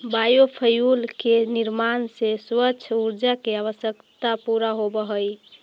biofuel के निर्माण से स्वच्छ ऊर्जा के आवश्यकता पूरा होवऽ हई